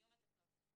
יהיו מטפלות.